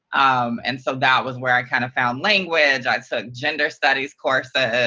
um and so that was where i kind of found language. i took gender studies courses.